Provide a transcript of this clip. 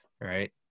Right